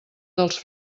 dels